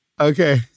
Okay